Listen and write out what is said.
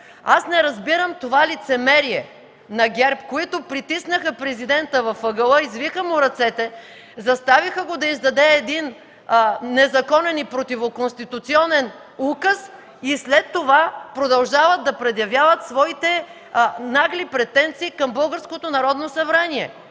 Аз не разбирам това лицемерие на ГЕРБ, които притиснаха Президента в ъгъла, извиха му ръцете, заставиха го да издаде един незаконен и противоконституционен указ и след това продължават да предявяват своите нагли претенции към